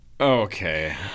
Okay